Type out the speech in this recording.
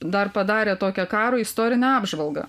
dar padarė tokią karo istorinę apžvalgą